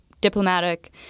diplomatic